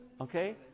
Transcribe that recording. Okay